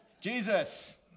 Jesus